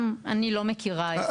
אני לא מכירה את זה.